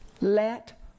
Let